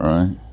Right